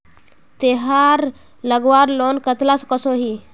तेहार लगवार लोन कतला कसोही?